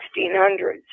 1600s